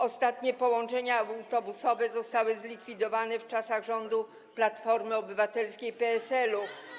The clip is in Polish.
Ostatnie połączenia autobusowe zostały zlikwidowane w czasach rządów Platformy Obywatelskiej i PSL.